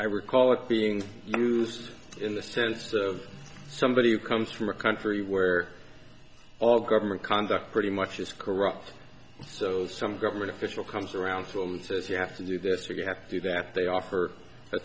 i recall it being used in the sense of somebody who comes from a country where all government conduct pretty much is corrupt so some government official comes around says you have to do this or you have to do that they offer a